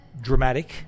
dramatic